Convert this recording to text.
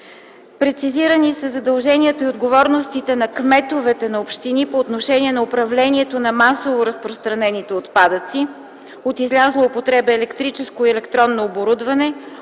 Прецизирани са задълженията и отговорностите на кметовете на общини по отношение на управлението на масово разпространените отпадъци (от излязло от употреба електрическо и електронно оборудване),